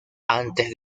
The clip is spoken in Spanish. antes